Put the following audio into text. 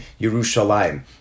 Yerushalayim